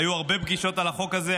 היו הרבה פגישות על החוק הזה,